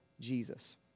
Jesus